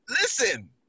Listen